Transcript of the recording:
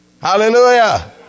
Hallelujah